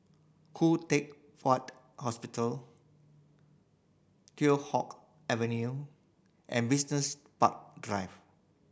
Khoo Teck Puat Hospital Teow Hock Avenue and Business Park Drive